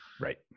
Right